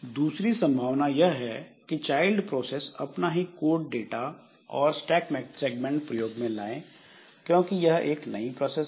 दूसरी संभावना यह है कि चाइल्ड प्रोसेस अपना ही कोड डाटा और स्टैक सेगमेंट प्रयोग में लाए क्योंकि यह एक नई प्रोसेस है